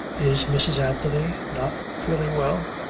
is mrs. anthony not feeling well?